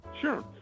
Sure